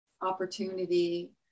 opportunity